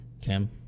Tim